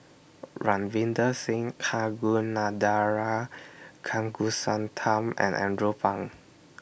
Ravinder Singh Kagunathar Kanagasuntheram and Andrew Phang